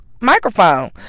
microphone